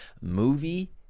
movie